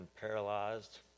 paralyzed